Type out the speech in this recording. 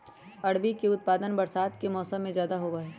अरबी के उत्पादन बरसात के मौसम में ज्यादा होबा हई